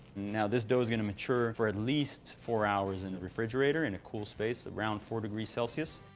now, this dough is going to mature for at least four hours in the refrigerator in a cool space around four degrees celsius.